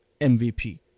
MVP